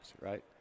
right